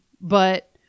But-